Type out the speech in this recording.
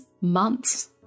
months